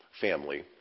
family